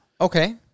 Okay